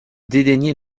dédaignait